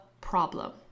problem